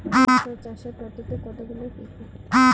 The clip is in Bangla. রবি শস্য চাষের পদ্ধতি কতগুলি কি কি?